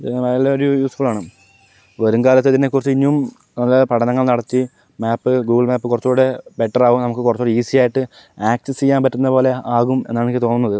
ഇത് വളരെ യൂസ്ഫുള്ളാണ് വരും കാലത്ത് ഇതിനെക്കുറിച്ച് ഇനിയും നല്ല പഠനങ്ങൾ നടത്തി മാപ്പ് ഗൂഗിൾ മാപ്പ് കുറച്ചും കൂടെ ബെറ്റർ ആകും നമുക്ക് കുറച്ചു കൂടി ഈസി ആയിട്ട് ആക്സസ് ചെയ്യാൻ പറ്റുന്ന പോലെ ആകും എന്നാണ് എനിക്ക് തോന്നുന്നത്